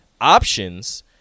options